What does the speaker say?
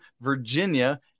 Virginia